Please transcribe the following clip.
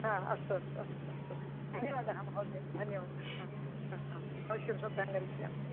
हा अस्तु अस्तु अस्तु अस्तु धन्यवादः महोदय धन्यवादः आ आ आ अवश्यं श्रद्धां करिष्यामि